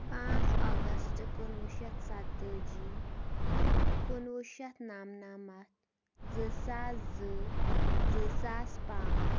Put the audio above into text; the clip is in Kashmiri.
پانٛژھ اگست کُنوُہ شیٚتھ سَتٲجی کُنوُہ شیٚتھ نَمنَمَتھ زٕ ساس زٕ زٕ ساس پانٛژھ